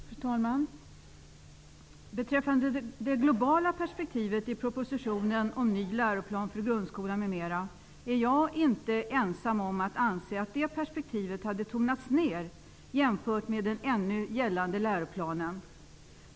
Fru talman! Beträffande det globala perspektivet i propositionen om ny läroplan för grundskolan m.m. är jag inte ensam om att anse att det perspektivet hade tonats ner jämfört med den ännu gällande läroplanen.